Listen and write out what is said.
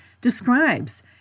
describes